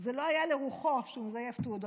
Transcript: זה לא היה לרוחו שהוא מזייף תעודות.